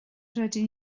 rydyn